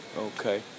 Okay